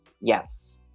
yes